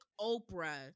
Oprah